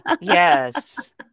Yes